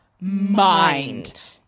mind